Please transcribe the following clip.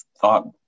thought